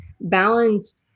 balance